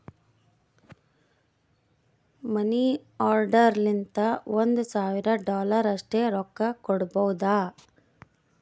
ಮನಿ order ಲಿಂತ ಒಂದ್ ಸಾವಿರ ಡಾಲರ್ ಅಷ್ಟೇ ರೊಕ್ಕಾ ಕೊಡ್ಬೋದ